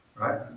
right